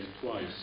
twice